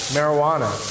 Marijuana